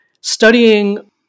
studying